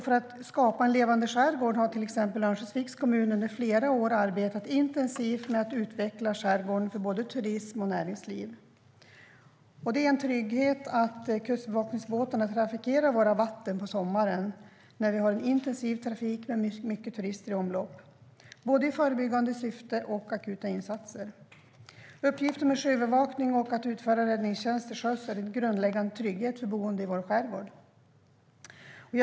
För att skapa en levande skärgård har till exempel Örnsköldsviks kommun under flera år arbetat intensivt med att utveckla skärgården för både turism och näringsliv. Det är en trygghet att Kustbevakningens båtar trafikerar våra vatten på sommaren, när vi har en intensiv trafik med mycket turister i omlopp. De behövs både i förebyggande syfte och i akuta insatser. Uppgiften med sjöövervakning och att utföra räddningstjänst till sjöss är en grundläggande trygghet för boende i skärgården.